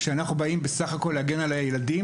כשכל מה שאנחנו עושים זה להגן על הילדים